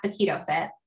theketofit